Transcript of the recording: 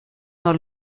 nur